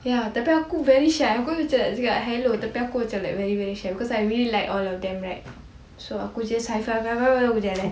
ya tapi aku very shy aku macam nak cakap hello tapi aku macam very very shy because I really like all of them right so aku just high five high five pastu aku jalan